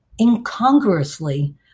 incongruously